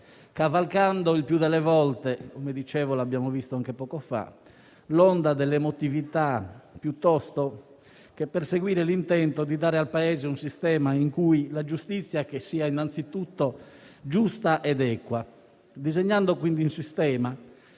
cavalcando il più delle volte - lo abbiamo visto anche poco fa - l'onda dell'emotività piuttosto che perseguire l'intento di dare al Paese un sistema in cui la giustizia sia anzitutto giusta ed equa. Si disegna quindi un sistema